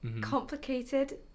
complicated